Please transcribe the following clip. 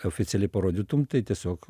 oficialiai parodytum tai tiesiog